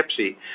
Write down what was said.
gypsy